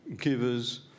givers